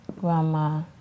grandma